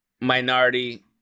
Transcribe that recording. minority